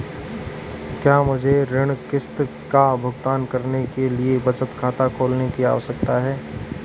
क्या मुझे ऋण किश्त का भुगतान करने के लिए बचत खाता खोलने की आवश्यकता है?